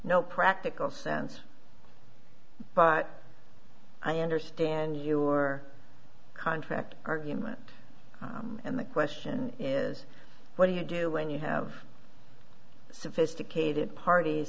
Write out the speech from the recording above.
no practical sense but i understand your contract argument and the question is what do you do when you have sophisticated parties